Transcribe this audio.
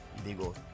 Digo